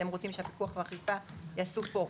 אתם רוצים שהפיקוח והאכיפה ייעשו פה.